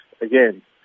again